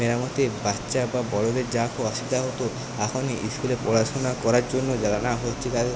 মেরামতে বাচ্চা বা বড়দের যাওয়ার খুব অসুবিধা হতো এখন স্কুলে পড়াশোনা করার জন্য যারা না হচ্ছে তাদের